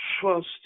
trust